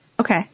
Okay